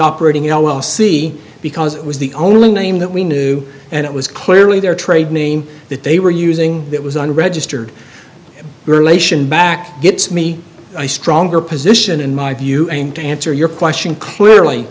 operating l l c because it was the only name that we knew and it was clearly their trade name that they were using that was unregistered relation back gets me a stronger position in my view and to answer your question clearly